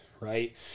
right